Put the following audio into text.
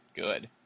good